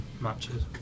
matches